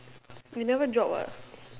you never drop [what]